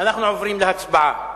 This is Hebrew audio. אנחנו עוברים להצבעה.